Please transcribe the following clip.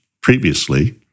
previously